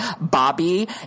Bobby